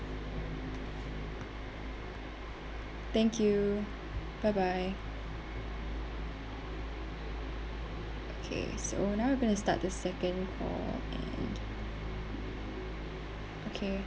thank you bye bye okay so I'm going to start the second call and okay